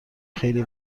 خیلی